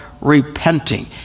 repenting